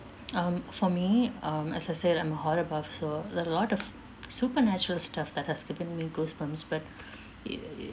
um for me um as I said I'm a horror buff so there're a lot of supernatural stuff that has given me goosebumps but it uh it